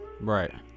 Right